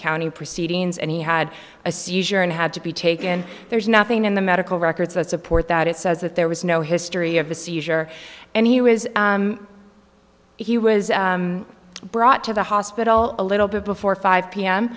county proceedings and he had a seizure and had to be taken and there's nothing in the medical records that support that it says that there was no history of a seizure and he was he was brought to the hospital a little bit before five p